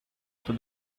for